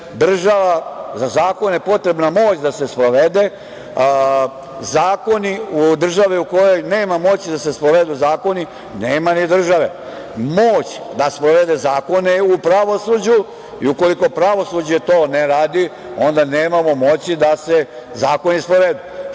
sprovedu.Za zakone je potrebna moć da se sprovedu. Zakoni države u kojoj nema moći da se sprovedu zakoni nema ni države. Moć da sprovede zakone je u pravosuđu i ukoliko pravosuđe to ne radi, onda nemamo moći da se zakoni sprovedu. Šta